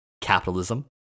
capitalism